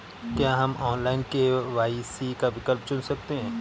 क्या हम online KYC का विकल्प चुन सकते हैं?